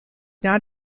not